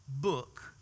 book